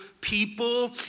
people